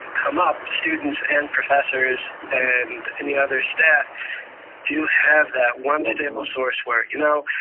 come up, students and professors and any other staff do have that one stable source where, you know,